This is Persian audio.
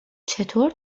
چطور